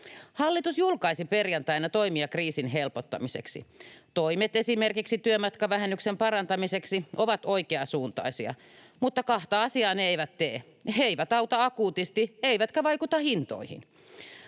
Hallitus julkaisi perjantaina toimia kriisin helpottamiseksi. Toimet esimerkiksi työmatkavähennyksen parantamiseksi ovat oikeasuuntaisia, mutta kahta asiaa ne eivät tee: ne eivät auta akuutisti eivätkä vaikuta hintoihin.